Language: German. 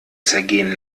zergehen